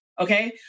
Okay